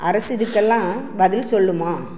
அரசு இதுக்கு எல்லாம் பதில் சொல்லுமா